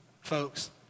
folks